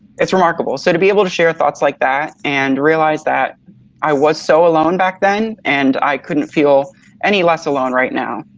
it's remarkable. so to be able to share thoughts like that and realize that i was so alone back then and i couldn't feel any less alone right now.